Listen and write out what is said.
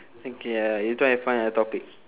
think ya we try and find a topic